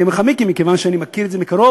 אני אומר לך, מיקי, מכיוון שאני מכיר את זה מקרוב.